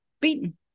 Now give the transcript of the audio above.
beaten